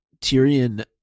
Tyrion